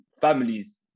families